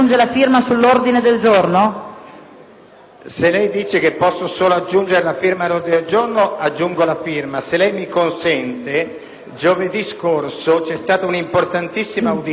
del presidente del CONI Petrucci, che ha illustrato le condizioni del prossimo quadriennio olimpico del CONI in conseguenza del taglio di 112 milioni di euro in finanziaria.